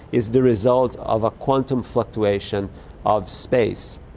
is the result of a quantum fluctuation of space.